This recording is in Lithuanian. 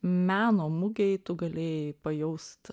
meno mugėj tu galėjai pajausti